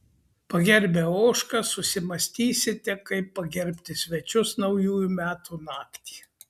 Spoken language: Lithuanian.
pagerbę ožką susimąstysite kaip pagerbti svečius naujųjų metų naktį